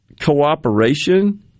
cooperation